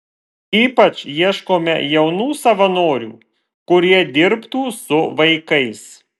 ypač ieškome jaunų savanorių kurie dirbtų su vaikais